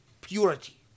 purity